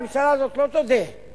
הממשלה הזאת לא תודה,